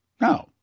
No